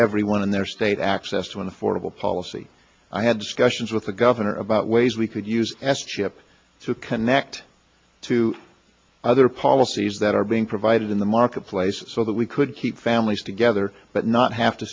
everyone in their state access to an affordable policy i had discussions with the governor about ways we could use s chip to connect to other policies that are being provided in the marketplace so that we could keep families together but not have to